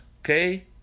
Okay